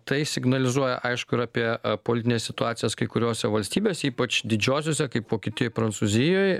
tai signalizuoja aišku ir apie politinės situacijas kai kurios valstybėse ypač didžiosiose kaip vokietijoj prancūzijoj